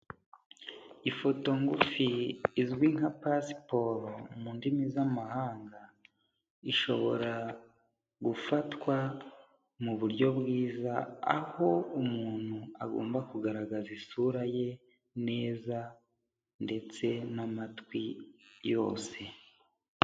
Ifoto ngufi izwi nka pasiporo mu ndimi z'amahanga ishobora gufatwa mu buryo bwiza, aho umuntu agomba kugaragaza isura ye neza ndetse n'amatwi yose.